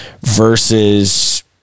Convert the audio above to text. versus